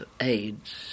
AIDS